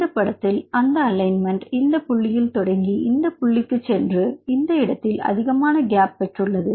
இந்த படத்தில் அந்த அலைன்மெண்ட் இந்த புள்ளியில் தொடங்கி இந்தப் பள்ளிக்கு சென்று இந்த இடத்தில் அதிகமான கேப் பெற்றுள்ளது